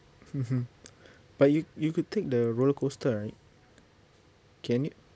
but you you could take the roller coaster right can you